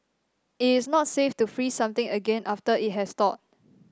it is not safe to freeze something again after it has thawed